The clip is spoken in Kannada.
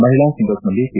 ಮಹಿಳಾ ಸಿಂಗಲ್ಸ್ನಲ್ಲಿ ಪಿ